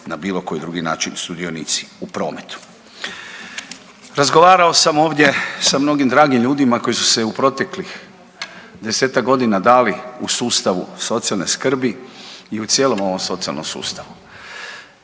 na bilo koji drugi način sudionici u prometu. Razgovarao sam ovdje sa mnogim dragim ljudima koji su se u proteklih desetak godina dali u sustavu socijalne skrbi i u cijelom ovom socijalnom sustavu.